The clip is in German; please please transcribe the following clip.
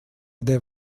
der